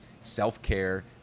self-care